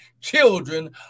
children